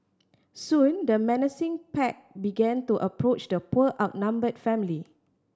soon the menacing pack began to approach the poor outnumbered family